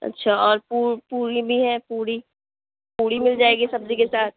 اچھا اور پوری بھی ہیں پوڑی پوڑی مل جائے گی سبزی کے ساتھ